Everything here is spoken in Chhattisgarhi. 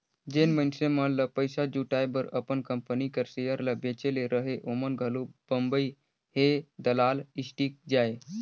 जेन मइनसे मन ल पइसा जुटाए बर अपन कंपनी कर सेयर ल बेंचे ले रहें ओमन घलो बंबई हे दलाल स्टीक जाएं